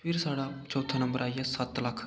फिर साढ़ा चौथा नंबर आई गेआ सत्त लक्ख